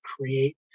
create